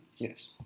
Yes